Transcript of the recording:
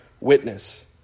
witness